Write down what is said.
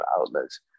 outlets